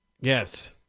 Yes